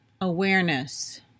awareness